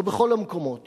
לא בכל המקומות,